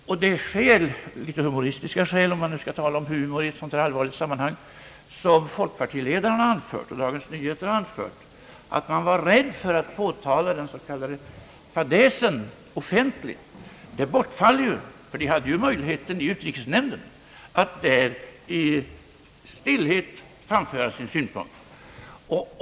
Och det skäl — en liten smula humoristiskt, ifall man nu skall tala om humor i ett så här allvarligt sammanhang — som folkpartiledaren och Dagens Nyheter anfört, att man var rädd för att offentligt påtala den s.k. fadäsen, bortfaller ju i och med att man hade möjligheten att i stillhet vid utrikesnämndens sammanträde framföra sin synpunkt.